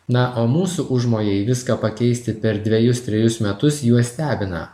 na o mūsų užmojai viską pakeisti per dvejus trejus metus juos stebina